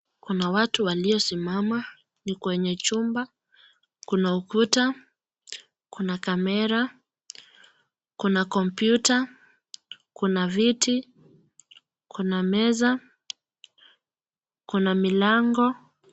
Kuna watu waliosimama kwenye chumba, kuna ukuta ,kuna (cs) camera (cs) ,kuna (cs) computer (cs), kuna viti ,kuna meza ,kuna milango.